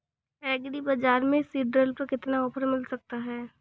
Agree Bazaar से seed drill पर कितना ऑफर मिल सकता है?